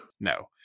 no